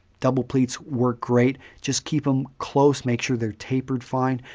double pleats work great. just keep them closed. make sure they're tapered fine,